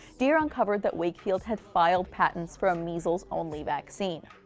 deer uncovered that wakefield had filed patents for a measles-only vaccine.